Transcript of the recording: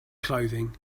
clothing